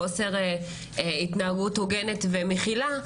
חוסר בהתנהגות הוגנת ומכילה.